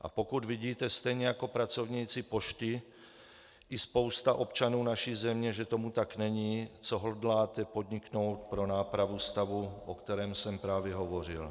A pokud vidíte, stejně jako pracovníci pošty i spousta občanů naší země, že tomu tak není, co hodláte podniknout pro nápravu stavu, o kterém jsem právě hovořil.